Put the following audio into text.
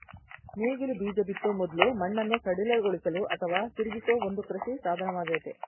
ನೇಗಿಲು ಬೀಜ ಬಿತ್ತೋ ಮೊದ್ಲು ಮಣ್ಣನ್ನು ಸಡಿಲಗೊಳಿಸಲು ಅಥವಾ ತಿರುಗಿಸೋ ಒಂದು ಕೃಷಿ ಸಾಧನವಾಗಯ್ತೆ